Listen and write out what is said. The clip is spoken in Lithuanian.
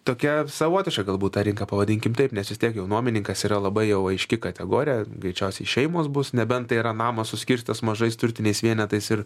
tokia savotiška galbūt ta rinka pavadinkim taip nes vistiek jau nuomininkas yra labai jau aiški kategorija greičiausiai šeimos bus nebent tai yra namas suskirstytas mažais turtiniais vienetais ir